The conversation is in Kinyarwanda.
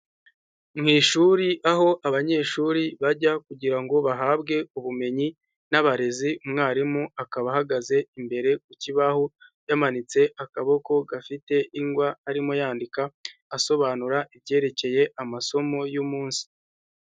Mu ishuri aho abanyeshuri bajya kugira ngo bahabwe ubumenyi n'abarezi, umwarimu akaba ahagaze imbere ku kibaho yamanitse akaboko gafite ingwa arimo yandika, asobanura ibyerekeye amasomo y'umunsi.